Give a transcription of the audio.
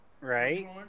Right